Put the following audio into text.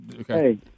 okay